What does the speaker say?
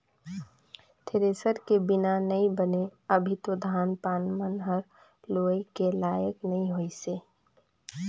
thresher के बिना नइ बने अभी तो धान पान मन हर लुए के लाइक नइ होइसे